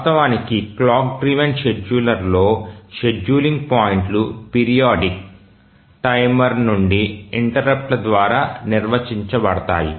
వాస్తవానికి clock driven షెడ్యూలర్లో scheduling పాయింట్లు పిరియాడిక్ టైమర్ నుండి ఇంటెర్రుప్ట్ల ద్వారా నిర్వచించబడతాయి